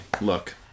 look